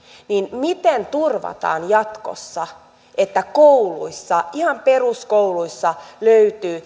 niin miten turvataan jatkossa että kouluissa ihan peruskouluissa löytyy